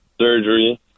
Surgery